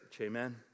amen